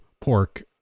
pork